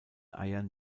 eiern